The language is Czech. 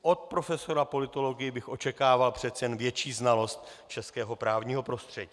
Od profesora politologie bych očekával přece jen větší znalost českého právního prostředí.